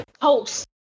post